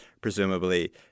presumably